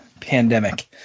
pandemic